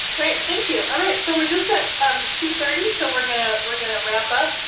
great, thank you. alright, so we're just at two thirty, so we're gonna, we're gonna wrap up.